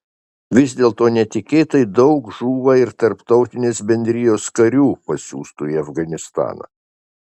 vis dėlto netikėtai daug žūva ir tarptautinės bendrijos karių pasiųstų į afganistaną